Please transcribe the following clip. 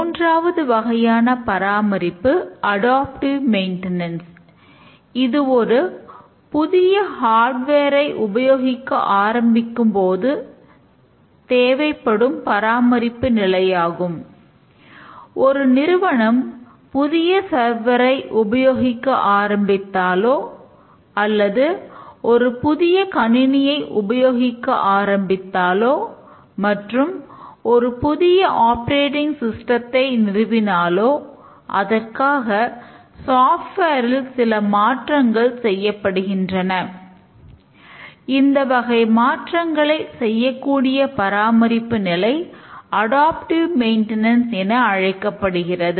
மூன்றாவது வகையான பராமரிப்பு அடாப்டிஙவ் மெயின்டனன்ஸ் என அழைக்கப்படுகிறது